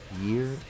Year